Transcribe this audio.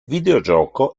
videogioco